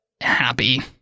happy